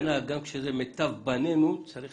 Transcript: מסקנה, גם כשזה מיטב בנינו, צריך